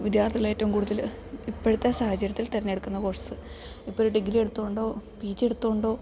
വിദ്യാർത്ഥികൾ ഏറ്റവും കൂടുതൽ ഇപ്പോഴത്തെ സാഹചര്യത്തിൽ തെരഞ്ഞടുക്കുന്ന കോഴ്സ് ഇപ്പോൾ ഒരു ഡിഗ്രി എടുത്തോണ്ടോ പി ജി എടുത്തോണ്ടോ